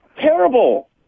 Terrible